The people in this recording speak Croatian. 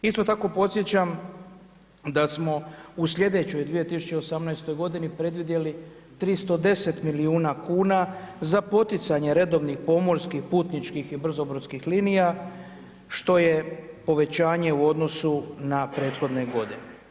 Isto tako podsjećam da smo u sljedećoj 2018. godini predvidjeli 310 milijuna kuna za poticanje redovnih pomorskih, putničkih i brzobrodskih linija što je povećanje u odnosu na prethodne godine.